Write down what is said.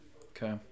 okay